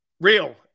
Real